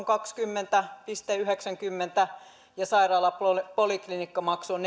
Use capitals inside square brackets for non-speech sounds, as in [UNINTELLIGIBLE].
[UNINTELLIGIBLE] kaksikymmentä pilkku yhdeksänkymmentä ja sairaalan poliklinikkamaksu on [UNINTELLIGIBLE]